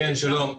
שלום.